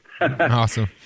Awesome